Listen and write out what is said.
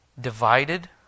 divided